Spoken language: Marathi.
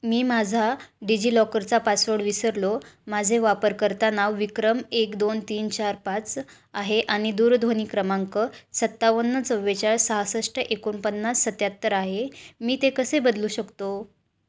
मी माझा डिजिलॉकरचा पासवर्ड विसरलो माझे वापरकर्ता नाव विक्रम एक दोन तीन चार पाच आहे आणि दूरध्वनी क्रमांक सत्तावन्न चव्वेचाळीस सहासष्ट एकोणपन्नास सत्याहत्तर आहे मी ते कसे बदलू शकतो